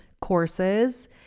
courses